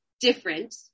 different